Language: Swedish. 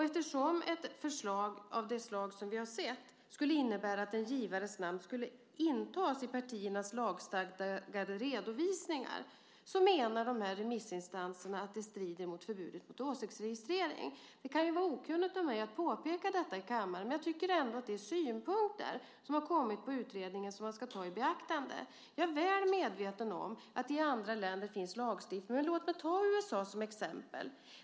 Eftersom ett förslag av det slag som vi har sett skulle innebära att en givares namn skulle tas in i partiernas lagstadgade redovisningar menar remissinstanserna att detta strider mot förbudet mot åsiktsregistrering. Det kanske är okunnigt av mig att påpeka detta i kammaren, men jag tycker ändå att det är synpunkter på utredningen som har kommit fram och som man ska ta i beaktande. Jag är väl medveten om att det finns lagstiftning i andra länder. Låt mig ta USA som exempel.